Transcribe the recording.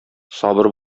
сабыр